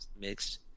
mixed